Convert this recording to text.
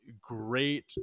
great